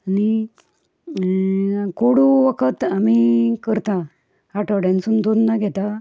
आनी कोडू वखद आमी करता आठवड्यांसून दोनदा घेतात